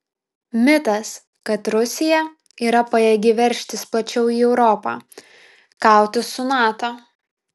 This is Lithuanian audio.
mitas kad rusija yra pajėgi veržtis plačiau į europą kautis su nato